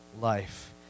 life